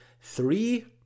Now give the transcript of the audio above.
three